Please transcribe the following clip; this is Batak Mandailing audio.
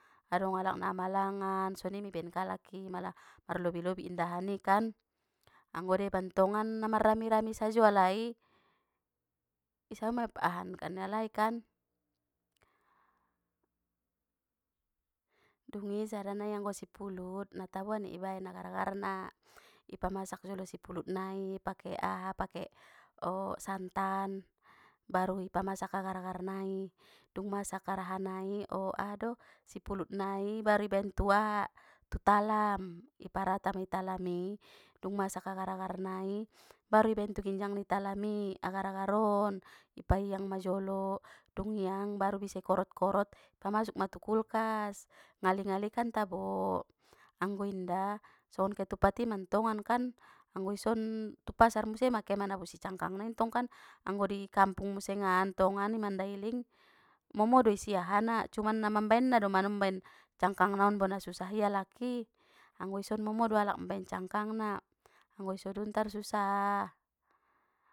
Adong alak na malangan soni me ibaen kalak i mala marlobi-lobi indahani kan anggo deban tongan na mar rami-rami sajo alai, i sajo ma ahan kan ni alai kan, dungi sada nai anggo sipulut na taboan i ibaen agar-agar na ipamasak jolo sipulut nai pake aha pake o santan baru i pamasak agar-agar nai dung masak araha nai o aha do sipulut nai baru ibaen tu talam i parata ma tu talam i dung masak agar-agar nai baru ibaen tu ginjang ni talam i agar-agar on i paiang ma jolo dung iang baru bisa i korot-korot ipamasuk ma tu kulkas ngali-ngali kan tabo anggo inda songon ketupat i mantongan kan anggo i son tu pasar muse ma ke manabusi cangkang nai ntong kan anggo di kampung musengan tongan i mandailing momo do isi ahana cuma na mambaen na do manombo baen cangkang na on bo na susah i alak i anggo ison momo do alak mambaen cangkangna anggo i sadun tar susah.